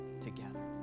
together